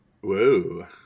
Whoa